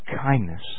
kindness